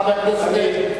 חבר הכנסת חסון,